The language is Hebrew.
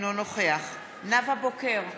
אינו נוכח נאוה בוקר,